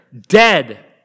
dead